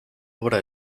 obra